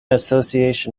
association